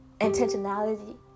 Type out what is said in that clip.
Intentionality